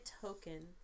token